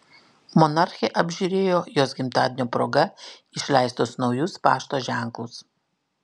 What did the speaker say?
monarchė apžiūrėjo jos gimtadienio proga išleistus naujus pašto ženklus